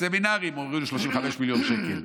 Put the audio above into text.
בסמינרים הורידו 35 מיליון שקל,